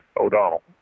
O'Donnell